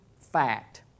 fact